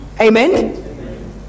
amen